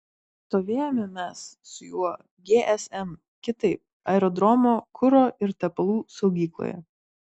stovėjome mes su juo gsm kitaip aerodromo kuro ir tepalų saugykloje